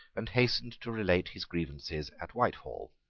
and hastened to relate his grievances at whitehall.